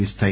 వీస్తాయి